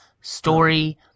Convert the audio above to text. story